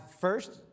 first